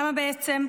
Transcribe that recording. למה בעצם?